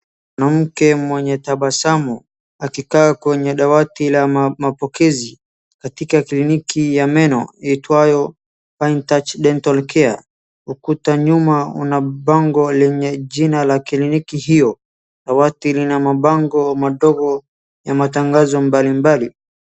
Mwanamke mwenye tabasamu, akikaa kwenye dawati la mapokezi, katika kliniki ya meno iitwayo Fine Touch Dental Care . Ukuta nyuma una bango lenye jina la kliniki hiyo. Dawati lina mabango madogo ya matangazo mbalimbali.